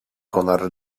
konar